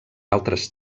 altres